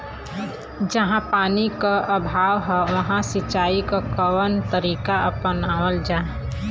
जहाँ पानी क अभाव ह वहां सिंचाई क कवन तरीका अपनावल जा?